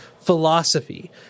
philosophy